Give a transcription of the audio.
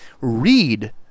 read